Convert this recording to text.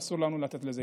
ואסור לנו לתת לזה